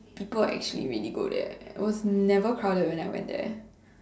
people actually really go there it was never crowded when I went there